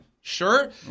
Sure